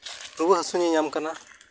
ᱨᱩᱣᱟᱹ ᱦᱟᱹᱥᱩ ᱧᱟᱧᱟᱢ ᱠᱟᱱᱟ